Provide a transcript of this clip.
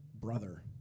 brother